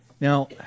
Now